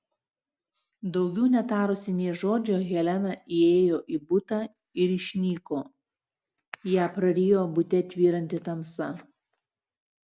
daugiau netarusi nė žodžio helena įėjo į butą ir išnyko ją prarijo bute tvyranti tamsa